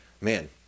Man